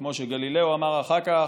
וכמו שגלילאו אמר אחר כך,